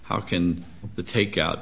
how can the takeout